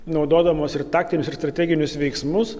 naudodamos ir taktinius ir strateginius veiksmus